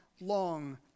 long